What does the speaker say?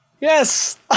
Yes